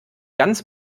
ganz